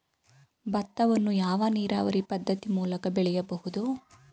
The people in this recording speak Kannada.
ಭತ್ತವನ್ನು ಯಾವ ನೀರಾವರಿ ಪದ್ಧತಿ ಮೂಲಕ ಬೆಳೆಯಬಹುದು?